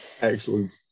excellent